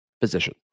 position